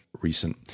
recent